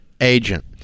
agent